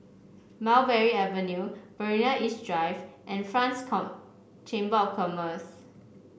Mulberry Avenue Marina East Drive and French Chamber of Commerce